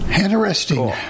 Interesting